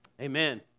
amen